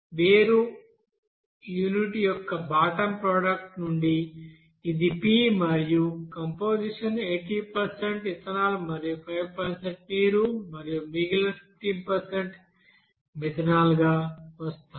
వేరు యూనిట్ యొక్క bottom product నుండి ఇది P మరియు కంపొజిషన్ 80 ఇథనాల్ మరియు 5 నీరు మరియు మిగిలిన 15 మిథనాల్గా వస్తాయి